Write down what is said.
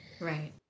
right